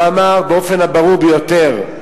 אמר באופן הברור ביותר: